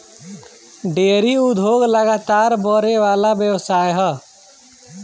dairy उद्योग लगातार बड़ेवाला व्यवसाय ह